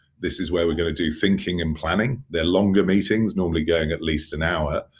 this is where we're going to do thinking and planning. they are longer meetings, normally going at least an hour.